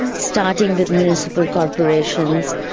starting with municipal corporations.